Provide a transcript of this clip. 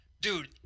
Dude